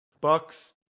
Bucks